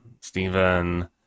Stephen